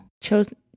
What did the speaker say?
chosen